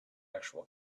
actual